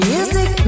Music